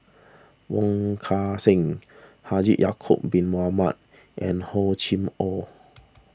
Wong Kan Seng Haji Ya'Acob Bin Mohamed and Hor Chim or